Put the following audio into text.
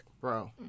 Bro